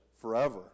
forever